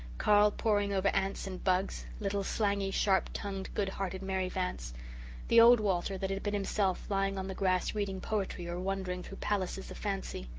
carl, poring over ants and bugs, little slangy, sharp-tongued, good-hearted mary vance the old walter that had been himself lying on the grass reading poetry or wandering through palaces of fancy.